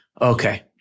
okay